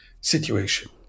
situation